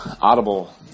Audible